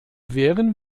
wehren